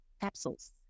capsules